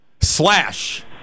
Slash